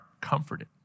comforted